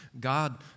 God